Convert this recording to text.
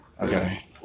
Okay